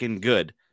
good